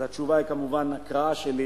אז התשובה היא כמובן טכנית.